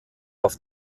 auf